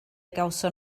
gawson